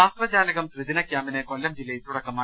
ശാസ്ത്രജാലകം ത്രിദിന കൃാമ്പിന് കൊല്ലം ജില്ലയിൽ തുടക്കമായി